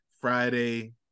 Friday